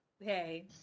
Hey